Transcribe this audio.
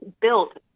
built